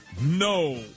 no